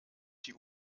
die